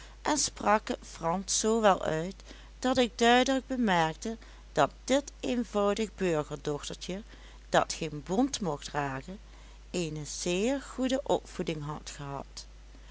en sprak het fransch zoo wel uit dat ik duidelijk bemerkte dat dit eenvoudig burgerdochtertje dat geen bont mocht dragen eene zeer goede opvoeding had gehad